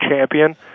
champion